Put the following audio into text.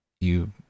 You